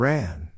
Ran